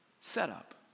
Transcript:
setup